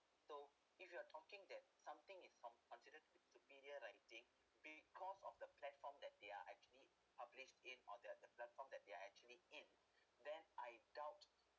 so if you are talking that something is considered superior writing because of the platform that they are actually published in or that their platform that they are actually in then I doubt